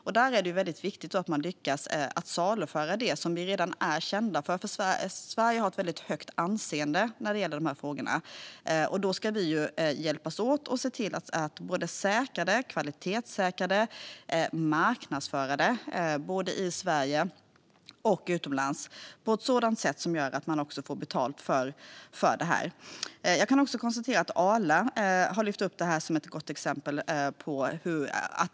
Det är då viktigt att vi lyckas saluföra det som vi redan är kända för, för Sverige har ett väldigt högt anseende när det gäller de här frågorna. Då ska vi hjälpas åt att kvalitetssäkra och marknadsföra detta både i Sverige och utomlands på ett sätt som gör att man också får betalt för det här. Jag kan också konstatera att Arla har lyft upp detta som ett gott exempel.